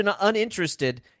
uninterested